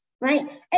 right